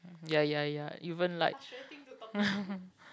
ya ya ya even like